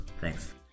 Thanks